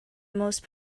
most